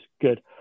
good